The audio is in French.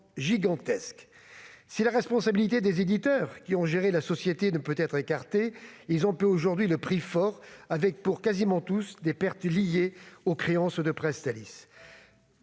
La responsabilité des éditeurs, qui ont géré la société, ne peut pas être écartée. Mais ils en paient aujourd'hui le prix fort avec, pour quasiment tous, des pertes liées aux créances de Presstalis.